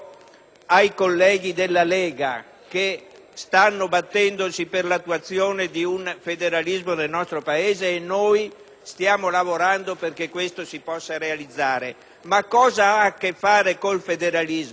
Ai colleghi della Lega che si stanno battendo per l'attuazione del federalismo nel nostro Paese - e noi stiamo lavorando perché questo si possa realizzare - chiedo cosa ha a che fare con il federalismo